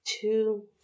two